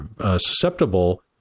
susceptible